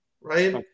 right